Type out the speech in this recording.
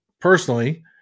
personally